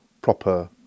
proper